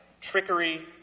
trickery